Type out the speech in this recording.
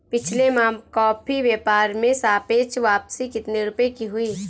पिछले माह कॉफी व्यापार में सापेक्ष वापसी कितने रुपए की हुई?